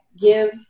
give